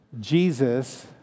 Jesus